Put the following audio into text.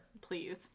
Please